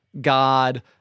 god